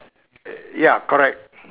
ya correct